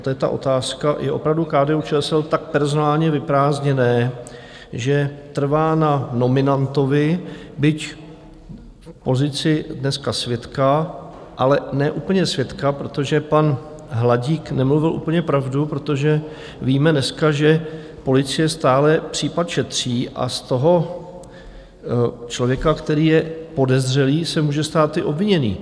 A to je ta otázka: Je opravdu KDUČSL tak personálně vyprázdněné, že trvá na nominantovi, byť v pozici dneska svědka, ale ne úplně svědka, protože pan Hladík nemluvil úplně pravdu, protože víme dneska, že policie stále případ šetří, a z toho člověka, který je podezřelý, se může stát i obviněný?